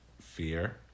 fear